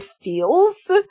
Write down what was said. feels